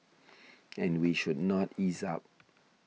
and we should not ease up